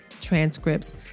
transcripts